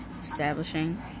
establishing